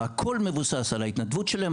והכול מבוסס על ההתנדבות שלהם,